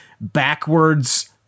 backwards